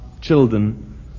children